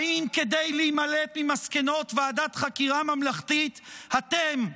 האם כדי להימלט ממסקנות ועדת חקירה ממלכתית אתם,